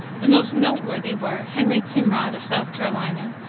the most noteworthy were henry timrod, of south carolina,